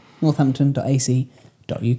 northampton.ac.uk